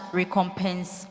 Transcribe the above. recompense